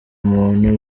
umuntu